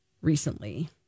recently